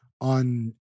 on